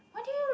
why do you